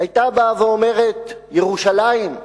היתה באה ואומרת: ירושלים,